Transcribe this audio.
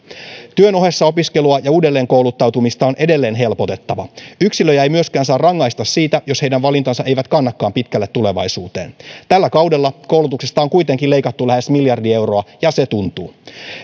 työn ohessa opiskelua ja uudelleen kouluttautumista on edelleen helpotettava yksilöjä ei myöskään saa rangaista siitä jos heidän valintansa eivät kannakaan pitkälle tulevaisuuteen tällä kaudella koulutuksesta on kuitenkin leikattu lähes miljardi euroa ja se tuntuu